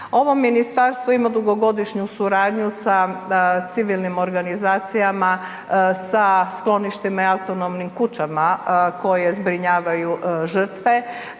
Ovo ministarstvo ima dugogodišnju suradnju sa civilnim organizacijama, sa skloništima i autonomnim kućama koje zbrinjavaju žrtve